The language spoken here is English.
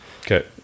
Okay